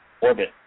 Orbit